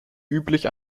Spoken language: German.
üblich